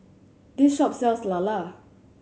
this shop sells lala